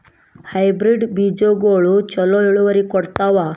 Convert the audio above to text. Hybrid ಬೇಜಗೊಳು ಛಲೋ ಇಳುವರಿ ಕೊಡ್ತಾವ?